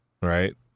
Right